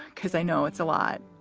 because i know it's a lot.